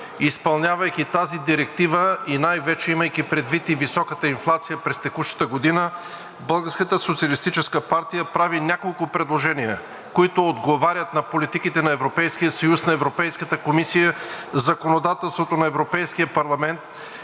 Изпълнявайки тази директива и най-вече имайки предвид и високата инфлация през текущата година, Българската социалистическа партия прави няколко предложения, които отговарят на политиките на Европейския съюз, на Европейската комисия, законодателството на Европейския парламент,